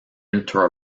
ultra